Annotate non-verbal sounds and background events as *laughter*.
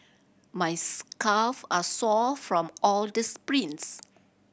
my *unintelligible* calve are sore from all the sprints